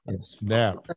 Snap